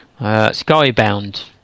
Skybound